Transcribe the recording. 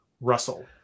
Russell